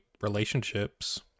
relationships